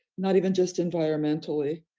not even just environmentally.